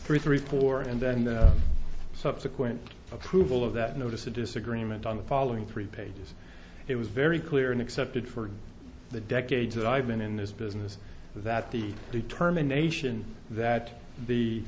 for three four and then the subsequent approval of that notice a disagreement on the following three pages it was very clear and accepted for the decades that i've been in this business that the determination that